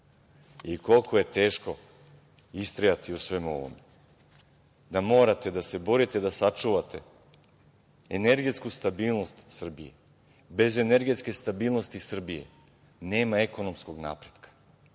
i koliko je teško istrajati u svemu ovome, da morate da se borite da sačuvate energetsku stabilnost Srbije. Bez energetske stabilnosti Srbije nema ekonomskog napretka,